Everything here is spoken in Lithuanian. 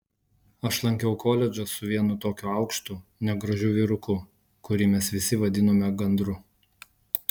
aš lankiau koledžą su vienu tokiu aukštu negražiu vyruku kurį mes visi vadinome gandru